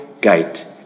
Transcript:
gate